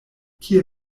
kie